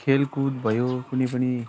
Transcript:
खेलकूद भयो कुनै पनि